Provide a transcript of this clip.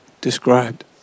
described